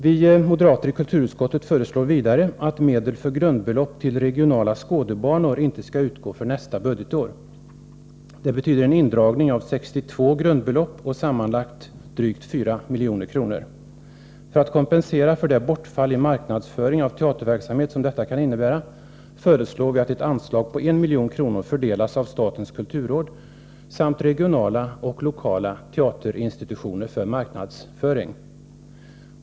Vi moderater i kulturutskottet föreslår vidare att medel för grundbelopp till regionala skådebanor inte skall utgå för nästa budgetår. Det betyder en indragning av 62 grundbelopp och sammanlagt drygt 4 milj.kr. För att kompensera för det bortfall i marknadsföring av teaterverksamhet som detta kan innebära föreslår vi att ett anslag på 1 milj.kr. fördelas av statens kulturråd samt regionala och lokala teaterinstitutioner för marknadsföring.